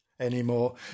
anymore